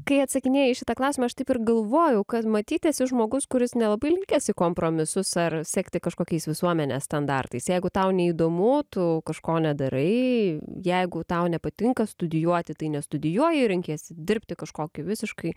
kai atsakinėjai į šitą klausimą aš taip ir galvoju kad matyt esi žmogus kuris nelabai linkęs į kompromisus ar sekti kažkokiais visuomenės standartais jeigu tau neįdomu tu kažko nedarai jeigu tau nepatinka studijuoti tai nestudijuoji renkiesi dirbti kažkokį visiškai